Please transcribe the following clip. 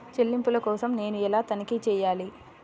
చెల్లింపుల కోసం నేను ఎలా తనిఖీ చేయాలి?